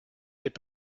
n’est